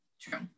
true